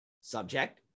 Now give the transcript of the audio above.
Subject